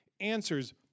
answers